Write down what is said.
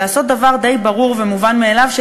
לעשות דבר די ברור ומובן מאליו,